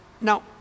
Now